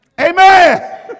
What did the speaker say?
Amen